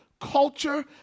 Culture